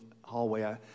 hallway